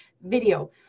video